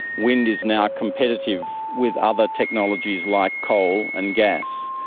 wind is now competitive with other technologies like coal and gas.